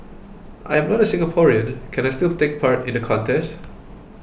I am not a Singaporean can I still take part in the contest